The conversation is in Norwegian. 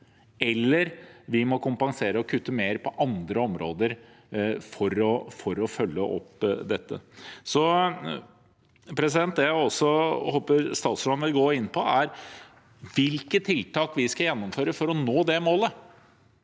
eller vi må kompensere og kutte mer på andre områder for å følge opp dette. Det jeg håper statsråden også vil gå inn på, er hvilke tiltak vi skal gjennomføre for å nå det målet,